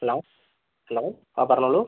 hello hello ആഹ് പറഞ്ഞോളൂ